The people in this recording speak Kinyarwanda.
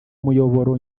umuyoboro